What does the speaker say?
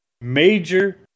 Major